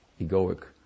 egoic